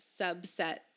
subset